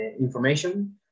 information